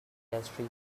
industry